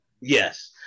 Yes